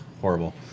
horrible